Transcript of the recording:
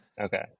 Okay